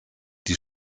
die